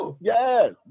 yes